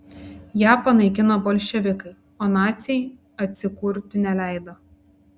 ją panaikino bolševikai o naciai atsikurti neleido